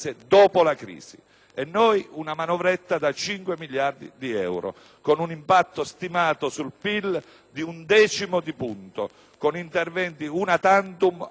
E noi? Una manovretta da 5 miliardi di euro, con un impatto stimato sul PIL di un decimo di punto, con interventi *una tantum* o contrastanti